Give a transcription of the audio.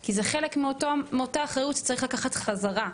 כי זה חלק מאותה אחריות שצריך לקחת בחזרה.